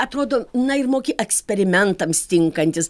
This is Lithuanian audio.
atrodo na ir moki eksperimentams tinkantis